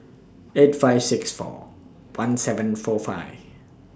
eight five six four one seven four five